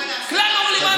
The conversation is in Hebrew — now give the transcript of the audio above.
כלל לא רלוונטי למציאות.